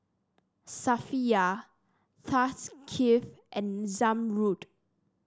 Safiya Thaqif and Zamrud